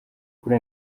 kuri